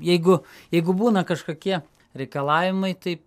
jeigu jeigu būna kažkokie reikalavimai tai